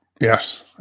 Yes